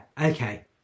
Okay